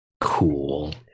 cool